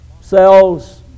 cells